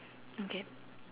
okay